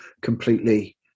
completely